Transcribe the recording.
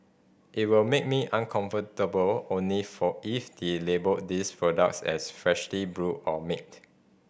it will make me uncomfortable only for if they label these products as freshly brewed or made